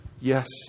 Yes